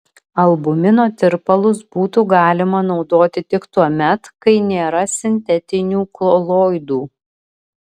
albumino tirpalus būtų galima naudoti tik tuomet kai nėra sintetinių koloidų